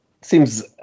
seems